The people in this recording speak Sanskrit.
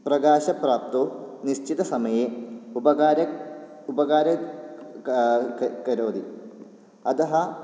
प्रकाशप्राप्तौ निश्चितसमये उपकार उपकार क करोति अतः